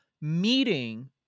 meeting